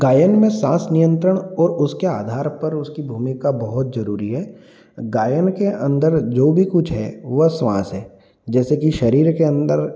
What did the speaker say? गायन में साँस नियंत्रण और उसके आधार पर उसकी भूमिका बहुत जरूरी है गायन के अंदर जो भी कुछ है वह श्वास है जैसे कि शरीर के अंदर